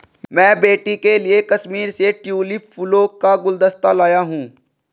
मैं बेटी के लिए कश्मीर से ट्यूलिप फूलों का गुलदस्ता लाया हुं